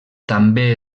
també